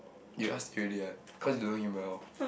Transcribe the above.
you ask already what cause you don't know him well